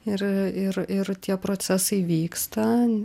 ir ir ir tie procesai vyksta